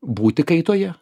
būti kaitoje